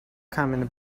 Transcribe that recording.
coming